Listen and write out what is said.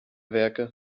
werke